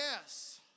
yes